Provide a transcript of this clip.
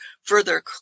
further